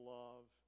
love